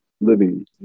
living